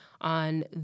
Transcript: on